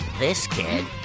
this kid